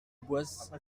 boisse